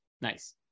nice